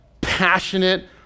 Passionate